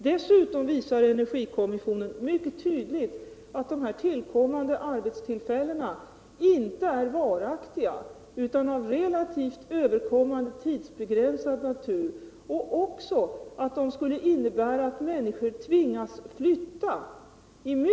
Dessutom visar energikommissionens jämförelse mycket tydligt att de här tillkommande arbetstillfällena i centerns alternativ inte är varaktiga utan av relativt övergående, tidsbegränsad natur liksom att de i mycket stor utsträckning skulle innebära att människor tvingas flytta.